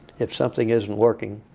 if something isn't working,